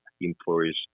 employees